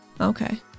Okay